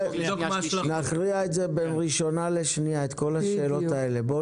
נכריע בכל השאלות בין הקריאה הראשונה לשנייה.